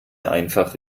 einfach